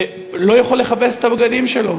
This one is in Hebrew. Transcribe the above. ולא יכול לכבס את הבגדים שלו,